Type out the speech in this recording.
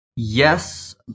Yes